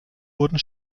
wurden